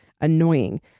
annoying